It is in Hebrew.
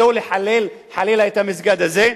שלא לחלל, חלילה, את המסגד הזה,